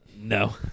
No